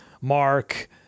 Mark